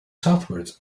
southwards